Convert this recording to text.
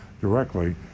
directly